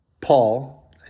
Paul